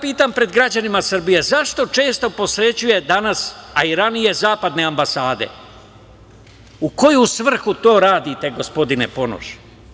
Pitam ga pred građanima Srbije – zašto često posećuje danas, a i ranije, zapadne ambasade, u koju svrhu to radite, gospodine Ponoš?